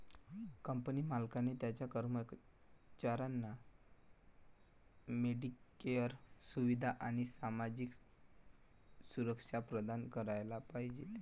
company मालकाने त्याच्या कर्मचाऱ्यांना मेडिकेअर सुविधा आणि सामाजिक सुरक्षा प्रदान करायला पाहिजे